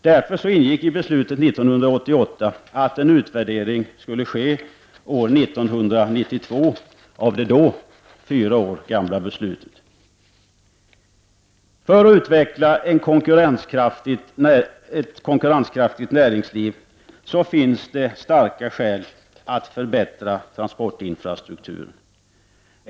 Därför ingick i beslutet 1988 att en utvärdering skulle ske år 1992 av det då fyra år gamla beslutet. För att utveckla ett konkurrenskraftigt näringsliv finns det starka skäl att förbättra transportinfrastrukturen.